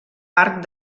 arc